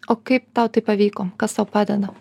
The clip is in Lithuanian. o kaip tau tai pavyko kas tau padeda